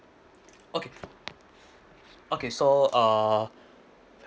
okay okay so uh